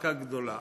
צעקה גדולה,